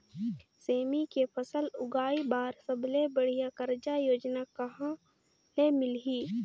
सेमी के फसल उगाई बार सबले बढ़िया कर्जा योजना कहा ले मिलही?